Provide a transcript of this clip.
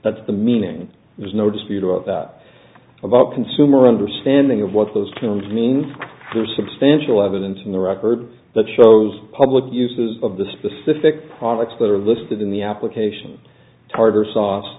that's the meaning there's no dispute about that about consumer understanding of what those terms mean there's substantial evidence in the record that shows public uses of the specific products that are listed in the application tartar sauce